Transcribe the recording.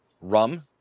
Rum